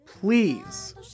Please